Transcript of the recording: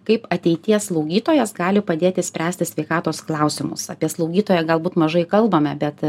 kaip ateities slaugytojas gali padėti spręsti sveikatos klausimus apie slaugytoją galbūt mažai kalbame bet